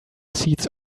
seats